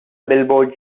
billboards